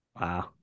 Wow